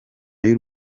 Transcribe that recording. y’u